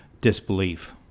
disbelief